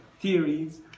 theories